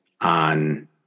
on